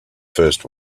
first